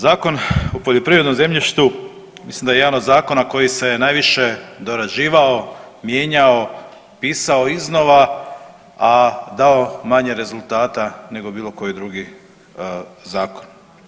Zakon o poljoprivrednom zemljištu mislim da je jedan od zakona koji se najviše dorađivao, mijenjao, pisao iznova, a dao manje rezultata nego bilo koji drugi zakon.